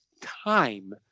time